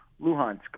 Luhansk